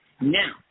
Now